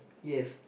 yes